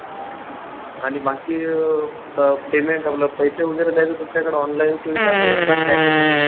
हां आणि बाकी पेमेंट आपलं पैसे वगैरे द्यायचं तुमच्याकडं ऑनलाईन सुविधा आहे का कॅशच आहे